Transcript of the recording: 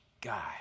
guy